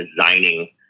designing